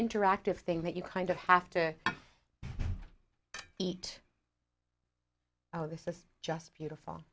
interactive thing that you kind of have to eat oh this is just beautiful